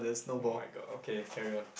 !oh-my-god! okay carry on